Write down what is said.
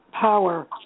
power